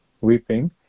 weeping